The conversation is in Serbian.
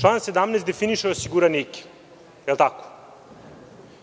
Član 17. definiše osiguranike, jel tako?